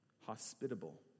hospitable